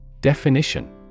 Definition